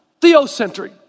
theocentric